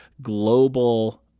global